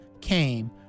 came